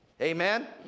Amen